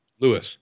Lewis